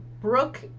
Brooke